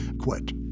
quit